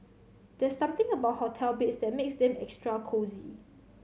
there's something about hotel beds that makes them extra cosy